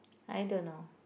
I don't know